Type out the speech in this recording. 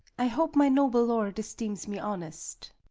i hope my noble lord esteems me honest.